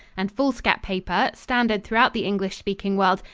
and foolscap paper, standard throughout the english-speaking world,